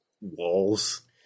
walls